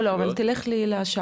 לא, אבל תלך לי לשם.